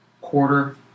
quarter